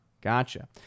Gotcha